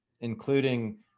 including